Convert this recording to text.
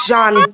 John